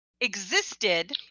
existed